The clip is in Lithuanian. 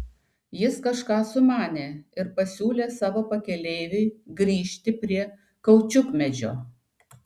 jis kažką sumanė ir pasiūlė savo pakeleiviui grįžti prie kaučiukmedžio